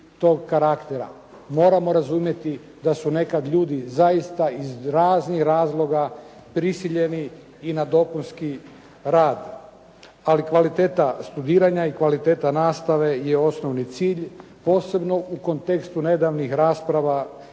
Moramo razumjeti da su nekada ljudi iz raznih razloga prisiljeni i na dopunski rad, ali kvaliteta studiranja i kvaliteta nastave je osnovni cilj posebno u kontekstu nedavnih rasprava kada